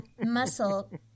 muscle